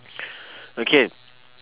okay